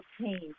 change